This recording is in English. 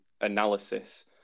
analysis